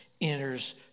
enters